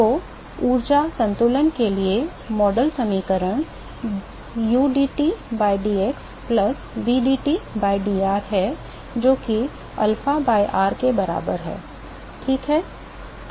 तो ऊर्जा संतुलन के लिए मॉडल समीकरण udT by dx plus vdT by dr है जो कि alpha by r के बराबर है ओके